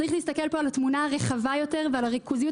צריך להסתכל פה על התמונה הרחבה יותר ועל הריכוזיות